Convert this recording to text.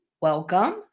Welcome